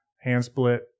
hand-split